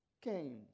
came